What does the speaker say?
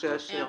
משה אשר.